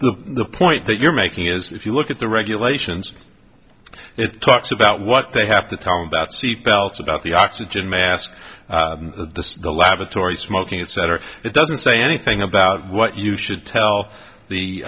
the point that you're making is if you look at the regulations it talks about what they have to tell about seat belts about the oxygen mask the lavatory smoking etc it doesn't say anything about what you should tell the